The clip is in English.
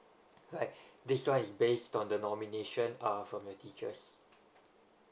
right this one is based on the nomination uh from your teachers